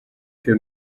fer